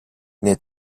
nel